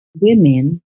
women